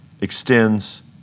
extends